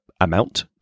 amount